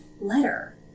letter